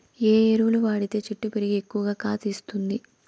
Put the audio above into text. ఏ ఎరువులు వాడితే చెట్టు పెరిగి ఎక్కువగా కాత ఇస్తుంది?